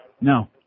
No